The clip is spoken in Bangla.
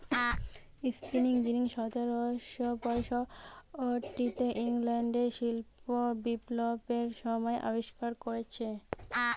স্পিনিং যিনি সতেরশ পয়ষট্টিতে ইংল্যান্ডে শিল্প বিপ্লবের সময় আবিষ্কার কোরেছে